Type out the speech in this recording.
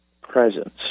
presence